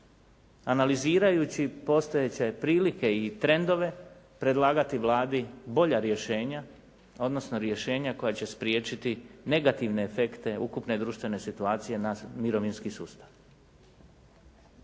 analizirajući postojeće prilike i trendove predlagati Vladi bolja rješenja odnosno rješenja koja će spriječiti negativne efekte ukupne društvene situacije na mirovinski sustav.